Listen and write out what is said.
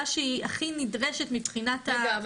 שהיא הכי נדרשת מבחינת ה --- מצוין,